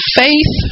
faith